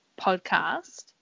podcast